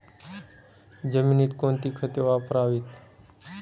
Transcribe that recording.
जमिनीत कोणती खते वापरावीत?